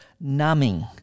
numbing